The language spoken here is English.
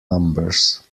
numbers